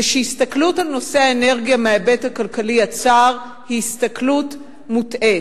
זה שהסתכלות על נושא האנרגיה מההיבט הכלכלי הצר היא הסתכלות מוטעית.